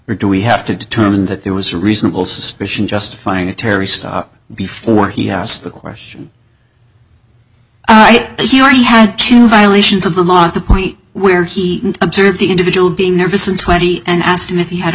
or do we have to determine that there was a reasonable suspicion justifying a terry stop before he asked the question he already had two violations of the law at the point where he observed the individual being nervous and sweaty and asked him if he had a